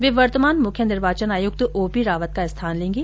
वे वर्तमान मुख्य निर्वाचन आयुक्त ओपीरावत का स्थान लेगें